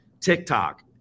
TikTok